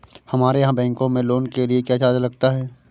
हमारे यहाँ बैंकों में लोन के लिए क्या चार्ज लगता है?